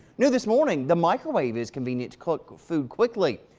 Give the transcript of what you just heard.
new this morning. the microwave is convenient cooking food quickly,